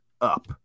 up